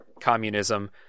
communism